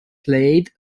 played